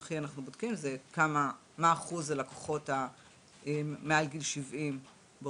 שאנחנו הכי בודקים מה אחוז הלקוחות מעל גיל 70 באותו